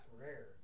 rare